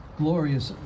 glorious